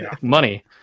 money